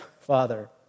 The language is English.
father